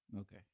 Okay